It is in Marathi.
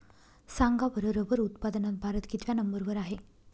सांगा बरं रबर उत्पादनात भारत कितव्या नंबर वर आहे?